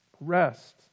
Rest